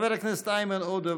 חבר הכנסת איימן עודה,